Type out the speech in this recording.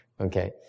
Okay